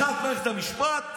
1. מערכת המשפט,